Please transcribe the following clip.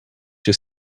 your